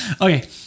Okay